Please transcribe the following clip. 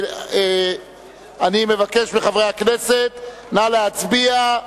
אני מבקש מחברי הכנסת, נא להצביע.